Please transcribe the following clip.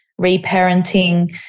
reparenting